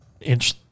inch